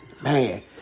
man